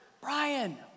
Brian